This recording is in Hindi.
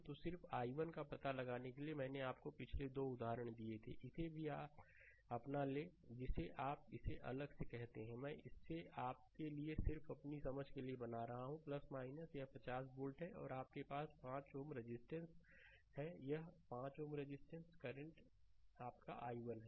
तो सिर्फ i1 का पता लगाने के लिए मैंने आपको पिछले 2 उदाहरण दिए थे इसे भी अपना लें जिसे आप इसे अलग से कहते हैं मैं इसे आपके लिए सिर्फ अपनी समझ के लिए बना रहा हूं यह 50 वोल्ट है और आपके पास 5 Ω रजिस्टेंस है यह 5 Ω रजिस्टेंस करंट आपका i1 है